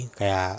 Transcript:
kaya